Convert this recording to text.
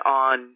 on